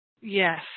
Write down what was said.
Yes